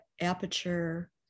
Aperture